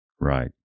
Right